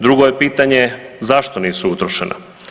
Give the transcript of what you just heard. Drugo je pitanje zašto nisu utrošena.